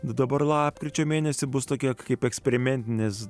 dabar lapkričio mėnesį bus tokia kaip eksperimentinės